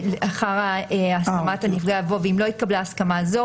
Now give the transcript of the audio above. אחר "הסכמת הנפגע" יבוא: "ואם לא התקבלה הסכמה זו